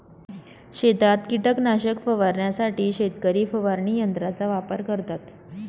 शेतात कीटकनाशक फवारण्यासाठी शेतकरी फवारणी यंत्राचा वापर करतात